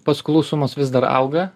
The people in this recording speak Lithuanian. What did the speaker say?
paskolų sumos vis dar auga